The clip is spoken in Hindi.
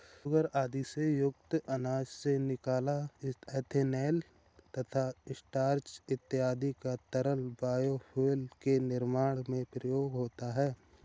सूगर आदि से युक्त अनाज से निकला इथेनॉल तथा स्टार्च इत्यादि का तरल बायोफ्यूल के निर्माण में प्रयोग होता है